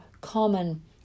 common